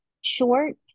shorts